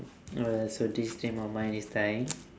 uh so this dream of mine is dying